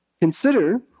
Consider